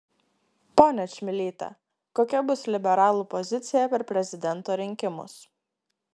ponia čmilyte kokia bus liberalų pozicija per prezidento rinkimus